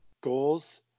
goals